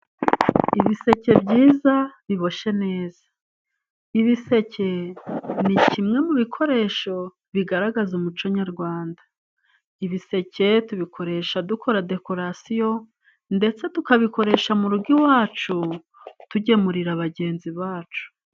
Ibiseke byiza biboshe neza. Ibiseke ni kimwe mu bikoresho bigaragaza umuco nyarwanda. Ibiseke tubikoresha dukora dekorasiyo ndetse tukabikoresha mu rugo iwacu tugemurira bagenzi bacu.